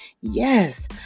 Yes